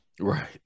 Right